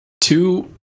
Two